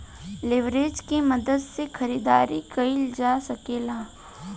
leverage के मदद से खरीदारी कईल जा सकेला